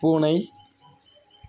பூனை